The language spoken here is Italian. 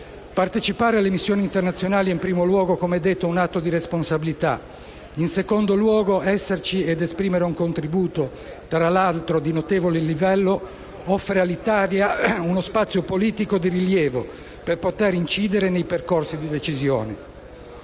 Partecipare alle missioni internazionali è in primo luogo, come detto, un atto di responsabilità; in secondo luogo, esserci ed esprimere un contributo, tra l'altro di notevole livello, offre all'Italia uno spazio politico di rilievo per poter incidere nei percorsi di decisione.